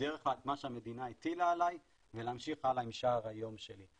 בדרך כלל את מה שהמדינה הטילה עליי ולהמשיך הלאה עם שאר היום שלי.